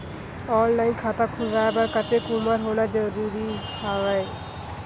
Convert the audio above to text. Online खाता खुलवाय बर कतेक उमर होना जरूरी हवय?